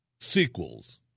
sequels